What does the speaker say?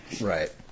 Right